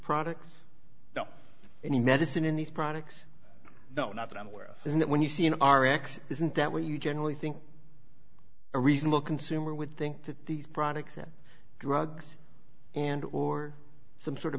product now any medicine in these products no not that i'm aware of is that when you see an r x isn't that where you generally think a reasonable consumer would think that these products are drug and or some sort of